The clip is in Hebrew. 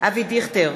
אבי דיכטר,